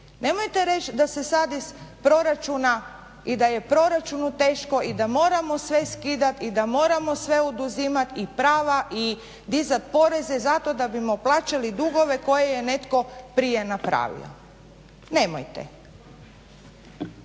Nemojte reći da se sad iz proračuna i da je proračunu teško i da moramo sve skidati i da moramo sve oduzimati i prava i dizati poreze zato da bismo plaćali dugove koje je netko prije napravio. Nemojte!